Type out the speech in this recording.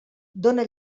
dóna